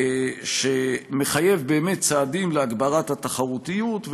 שמחייב צעדים להגברת התחרותיות,